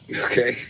Okay